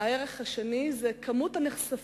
הערך השני היה מספר הנחשפים